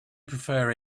prefer